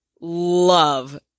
love